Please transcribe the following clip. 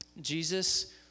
Jesus